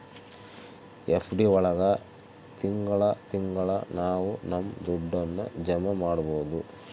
FD ಒಳಗ ತಿಂಗಳ ತಿಂಗಳಾ ನಾವು ನಮ್ ದುಡ್ಡನ್ನ ಜಮ ಮಾಡ್ಬೋದು